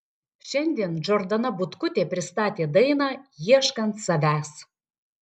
šiandien džordana butkutė pristatė dainą ieškant savęs